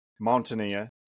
mountaineer